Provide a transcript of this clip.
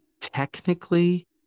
technically